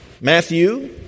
Matthew